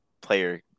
player